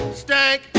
stank